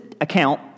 account